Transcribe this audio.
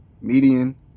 Median